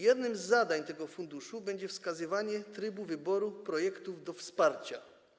Jednym z zadań tego funduszu będzie wskazywanie trybu wyboru projektów do wsparcia.